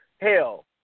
hell